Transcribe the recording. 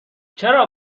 چرا